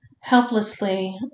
helplessly